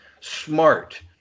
smart